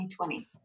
2020